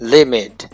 Limit